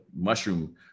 mushroom